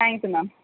thank you ma'am